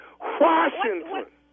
Washington